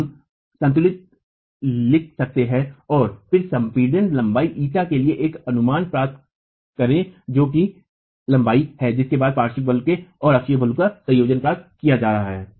हम संतुलन लिख सकते हैं और फिर संपीड़ित लंबाई η ईटा के लिए एक अनुमान प्राप्त करें जो कि लंबाई है जिसके बाद पार्श्व बल और अक्षीय बल का संयोजन प्राप्त किया जा रहा है